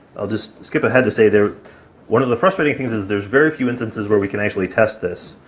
i'll just skip ahead to say there one of the frustrating things is there's very few instances where we can actually test this.